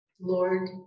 Lord